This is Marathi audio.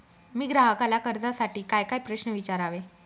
मी ग्राहकाला कर्जासाठी कायकाय प्रश्न विचारावे?